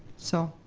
so.